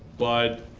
but